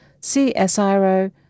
CSIRO